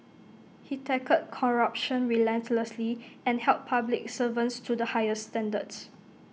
he tackled corruption relentlessly and held public servants to the higher standards